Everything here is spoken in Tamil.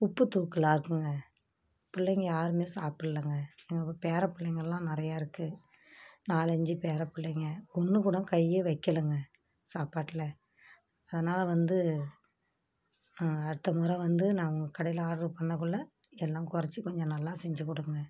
உப்பு தூக்கலாக இருக்குதுங்க பிள்ளைங்க யாருமே சாப்பிட்லங்க எங்கள் பேரை பிள்ளைங்களாம் நிறைய இருக்குது நாலஞ்சு பேரை பிள்ளைங்க ஒன்று கூட கையே வைக்கலங்க சாப்பாட்டில் அதனால வந்து அடுத்த முறை வந்து நான் உங்கள் கடையில ஆர்ட்ரு பண்ணக்குள்ளே எல்லாம் குறைச்சி கொஞ்சம் நல்லா செஞ்சு கொடுங்க